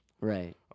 right